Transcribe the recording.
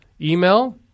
email